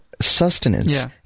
sustenance